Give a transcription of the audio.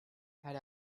had